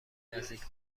نزدیک